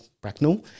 Bracknell